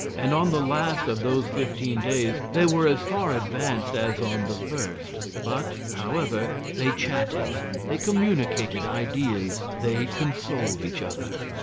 and on the last of those fifteen days, they were as far advanced as on the first. but, however, they chatted, they communicated ideas, they consoled each other.